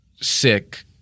sick